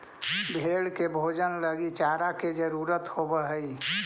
भेंड़ के भोजन लगी चारा के जरूरत होवऽ हइ